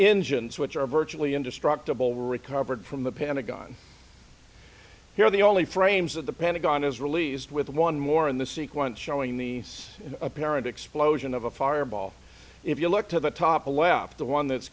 engines which are virtually indestructible recovered from the pentagon here the only frames of the pentagon is released with one more in the sequence showing these apparent explosion of a fireball if you look to the top left the one that's